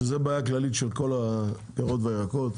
שזה בעיה כללית של כל הפירות והירקות,